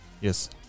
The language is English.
yes